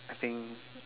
I think